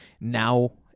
now